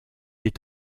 est